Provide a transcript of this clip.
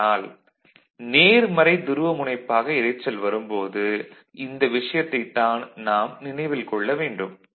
ஆனால் நேர்மறை துருவமுனைப்பாக இரைச்சல் வரும்போது இந்த விஷயத்தைத் தான் நாம் நினைவில் கொள்ள வேண்டும்